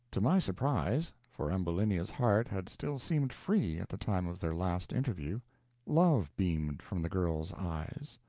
to my surprise for ambulinia's heart had still seemed free at the time of their last interview love beamed from the girl's eyes.